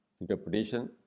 interpretation